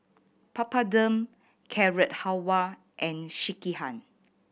Papadum Carrot Halwa and Sekihan